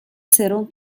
سرم